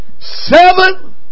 Seven